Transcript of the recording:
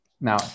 Now